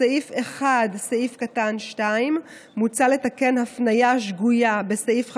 בסעיף 1(2) מוצע לתקן הפניה שגויה בסעיף 50(ג),